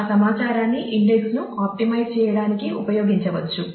ఆపై మీ సిస్టమ్ చేయడానికి ఉపయోగించవచ్చు